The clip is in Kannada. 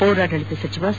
ಪೌರಾಡಳಿತ ಸಚಿವ ಸಿ